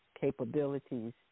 capabilities